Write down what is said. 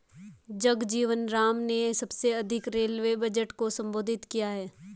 जगजीवन राम ने सबसे अधिक रेलवे बजट को संबोधित किया है